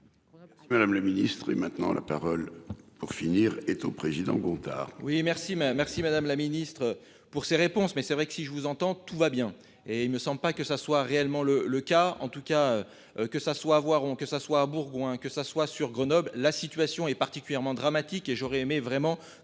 Madame le ministre, et maintenant la parole pour finir est au président Gontard.